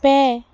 ᱯᱮ